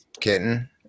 kitten